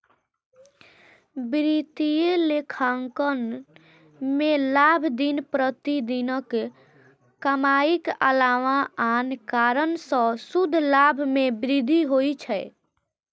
वित्तीय लेखांकन मे लाभ दिन प्रतिदिनक कमाइक अलावा आन कारण सं शुद्ध लाभ मे वृद्धि छियै